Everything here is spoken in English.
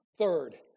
Third